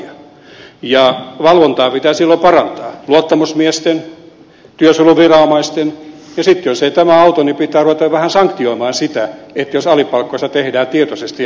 valvontaa pitää silloin parantaa luottamusmiesten työsuojeluviranomaisten ja sitten jos tämä ei auta niin pitää ruveta jo vähän sanktioimaan sitä jos alipalkkausta tehdään tietoisesti ja harhauttavasti